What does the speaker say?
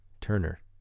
Turner